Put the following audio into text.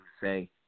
say